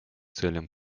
целям